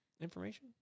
information